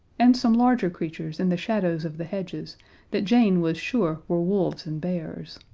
and some larger creatures in the shadows of the hedges that jane was sure were wolves and bears.